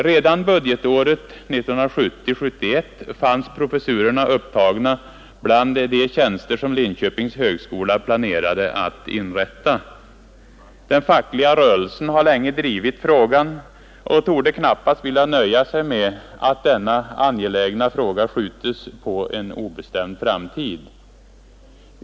Redan budgetåret 1970/71 fanns professurerna upptagna bland de tjänster som Linköpings högskola planerade att inrätta. Den fackliga rörelsen har länge drivit denna angelägna fråga och torde knappast vilja nöja sig med att den skjutes på en obestämd framtid.